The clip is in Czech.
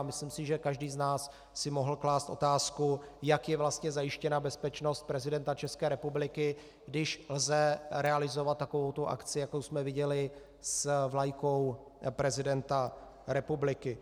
Myslím si, že každý z nás si mohl klást otázku, jak je vlastně zajištěna bezpečnost prezidenta České republiky, když lze realizovat takovouto akci, jakou jsme viděli s vlajkou prezidenta republiky.